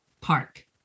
park